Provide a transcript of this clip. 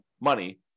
money